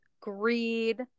greed